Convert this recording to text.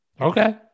okay